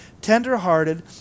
tenderhearted